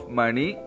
money